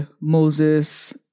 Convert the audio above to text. Moses